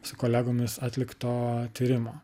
su kolegomis atlikto tyrimo